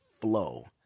flow